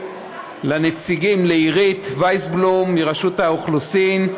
לנציגים לעירית ויסבלום מרשות האוכלוסין,